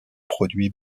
produits